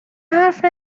حرف